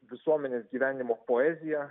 visuomenės gyvenimo poeziją